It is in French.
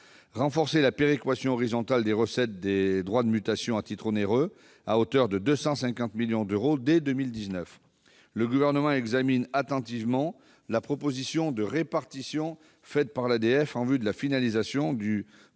renforcer la péréquation horizontale des recettes des droits de mutation à titre onéreux, à hauteur de 250 millions d'euros dès 2019. Le Gouvernement examine attentivement la proposition de répartition faite par l'Assemblée des départements de France,